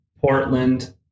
Portland